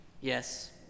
Yes